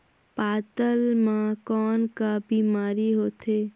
पातल म कौन का बीमारी होथे?